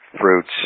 fruits